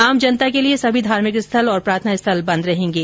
आमजनता के लिए सभी धार्मिक स्थल और प्रार्थना स्थल बंद रहेंगे